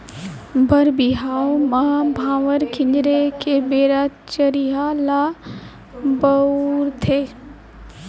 बर बिहाव म भांवर किंजरे के बेरा चरिहा ल बउरथे